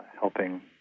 helping